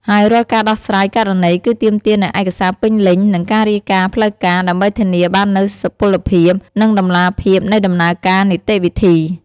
ហើយរាល់ការដោះស្រាយករណីគឺទាមទារនូវឯកសារពេញលេញ និងការរាយការណ៍ផ្លូវការ ដើម្បីធានាបាននូវសុពលភាព និងតម្លាភាពនៃដំណើរការនីតិវិធី។